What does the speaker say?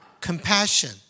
compassion